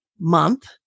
month